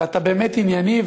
אתה באמת ענייני,